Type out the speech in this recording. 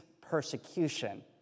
persecution